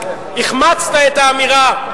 החמצת את האמירה.